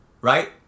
Right